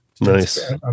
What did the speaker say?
Nice